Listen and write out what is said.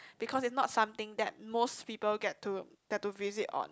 because it's not something that most people get to get to visit on